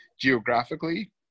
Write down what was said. geographically